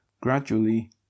gradually